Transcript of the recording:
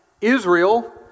Israel